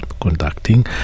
conducting